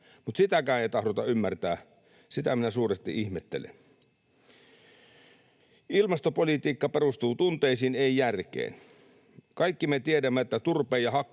mutta sitäkään ei tahdota ymmärtää. Sitä minä suuresti ihmettelen. Ilmastopolitiikka perustuu tunteisiin, ei järkeen. Kaikki me tiedämme, että turpeen ja hakkeen